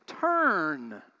Turn